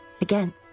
Again